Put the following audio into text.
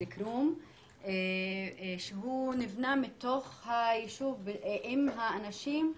אל-כרום שנבנה מתוך היישוב עם האנשים.